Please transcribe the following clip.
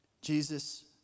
Jesus